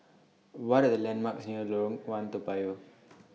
What Are The landmarks near Lorong one Toa Payoh